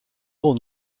all